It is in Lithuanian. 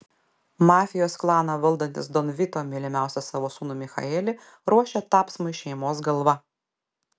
mafijos klaną valdantis don vito mylimiausią savo sūnų michaelį ruošia tapsmui šeimos galva